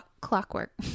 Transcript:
clockwork